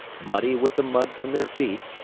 muddy with the mud from their feet,